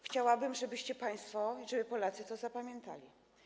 Chciałabym, żebyście państwo, żeby Polacy to zapamiętali.